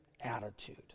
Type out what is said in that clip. attitude